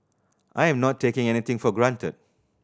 I am not taking anything for granted